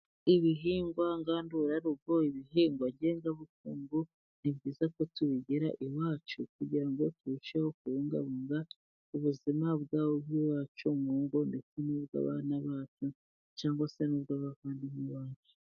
Ibihingwa ngandura rugo, ibihingwa ngengabukungu ni byiza ko tubigera iwacu, kugira ngo turusheho kubungabunga ubuzima bw''iwacu mu ngo, ndetse n'ubw'abana bacu cyangwa se n'ubw'abavandimwe bacu.